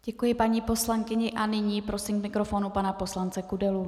Děkuji paní poslankyni a nyní prosím k mikrofonu pana poslance Kudelu.